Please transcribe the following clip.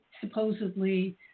supposedly